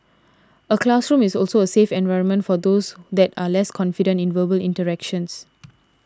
a classroom is also a safe environment for those that are less confident in verbal interactions